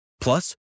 Plus